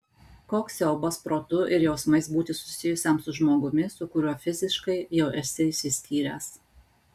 koks siaubas protu ir jausmais būti susijusiam su žmogumi su kuriuo fiziškai jau esi išsiskyręs